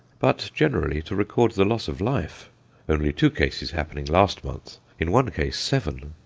but generally to record the loss of life only two cases happening last month, in one case seven,